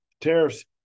tariffs